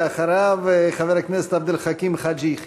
ואחריו, חבר הכנסת עבד אל חכים חאג' יחיא.